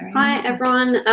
hi, everyone.